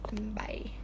Bye